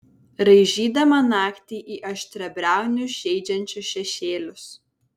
raižydama naktį į aštriabriaunius žeidžiančius šešėlius